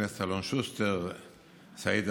אפס סובלנות